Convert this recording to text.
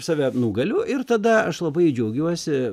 save nugaliu ir tada aš labai džiaugiuosi